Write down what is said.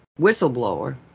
whistleblower